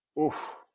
oof